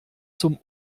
zum